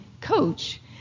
coach